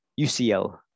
UCL